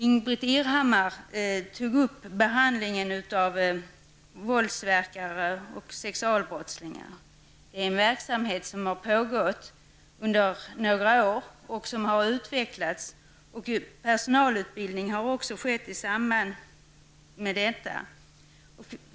Ingbritt Irhammar tog upp behandlingen av våldsverkare och sexualbrottslingar. Det är en verksamhet som har pågått under några år och som har utvecklats. Personalutbildning har också skett i samband med detta.